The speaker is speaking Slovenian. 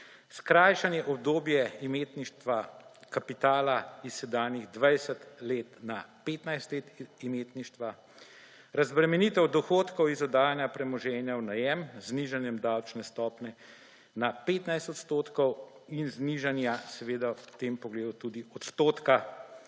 skrajšanje obdobje imetništva kapitala s sedanjih 20 let na 15 let imetništva, razbremenitev od dohodkov iz oddajanja premoženja v najem z znižanjem davčne stopnje na 15 odstotkov in znižanja seveda v tem pogledu tudi odstotka